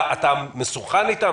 אתה מסונכרן איתם?